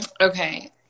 okay